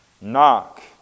Knock